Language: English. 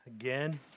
again